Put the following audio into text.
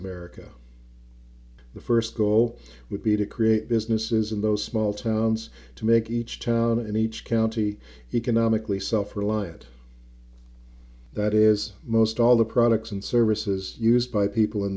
america the first goal would be to create businesses in those small towns to make each town and each county economically self reliant that is most all the products and services used by people in